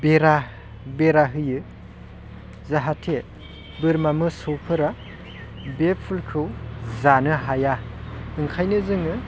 बेरा बेरा होयो जाहाथे बोरमा मोसौफोरा बे फुलखौ जानो हाया ओंखायनो जोङो